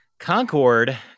concord